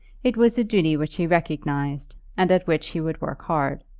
it was a duty which he recognized, and at which he would work hard.